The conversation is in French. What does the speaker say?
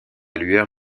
lueur